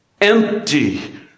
Empty